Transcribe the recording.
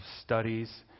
studies